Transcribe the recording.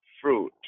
fruit